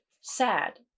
sad